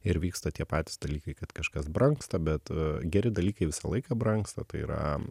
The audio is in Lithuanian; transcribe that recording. ir vyksta tie patys dalykai kad kažkas brangsta bet geri dalykai visą laiką brangsta tai yra